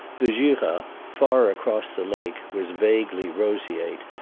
the jura, far across the lake was vaguely roseate,